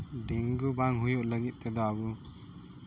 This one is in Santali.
ᱰᱮᱝᱜᱩ ᱵᱟᱝ ᱦᱩᱭᱩᱜ ᱞᱟᱹᱜᱤᱫ ᱛᱮᱫᱚ ᱟᱵᱚ